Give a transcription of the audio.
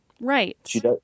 Right